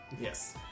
Yes